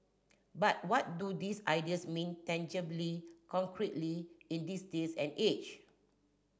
but what do these ideas mean tangibly concretely in this day and age